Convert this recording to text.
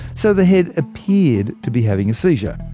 so the head appeared to be having a seizure.